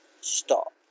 stop